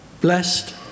Blessed